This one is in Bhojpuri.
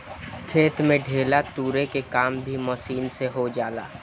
खेत में ढेला तुरे के काम भी मशीन से हो जाला